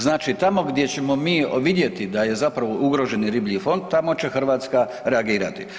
Znači tamo gdje ćemo mi vidjeti da je zapravo ugrožen riblji fond, tamo će Hrvatska reagirati.